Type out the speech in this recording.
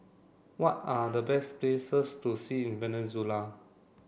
what are the best places to see in Venezuela